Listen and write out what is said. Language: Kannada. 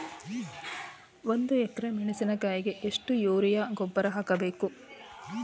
ಒಂದು ಎಕ್ರೆ ಮೆಣಸಿನಕಾಯಿಗೆ ಎಷ್ಟು ಯೂರಿಯಾ ಗೊಬ್ಬರ ಹಾಕ್ಬೇಕು?